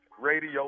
radio